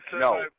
no